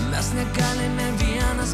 mes negalime vienas